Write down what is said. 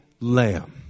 lamb